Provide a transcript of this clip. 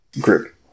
group